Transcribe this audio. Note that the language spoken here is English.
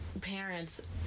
parents